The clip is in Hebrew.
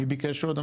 מי ביקש עוד?